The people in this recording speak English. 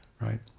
right